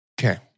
Okay